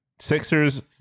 sixers